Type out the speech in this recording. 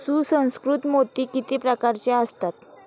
सुसंस्कृत मोती किती प्रकारचे असतात?